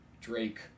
Drake